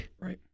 Right